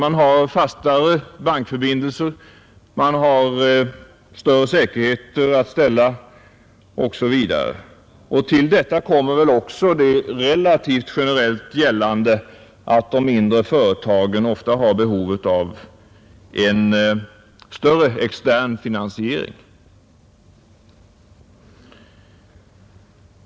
De har fastare bankförbindelser, större säkerheter att ställa osv. Till detta kommer också att de mindre företagen ofta har behov av en större extern finansiering.